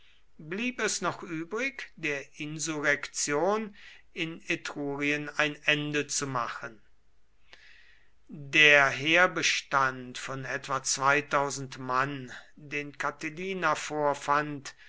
blieb es noch übrig der insurrektion in etrurien ein ende zu machen der heerbestand von etwa mann den catilina vorfand